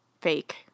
fake